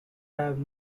have